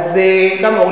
אז גם,